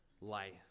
life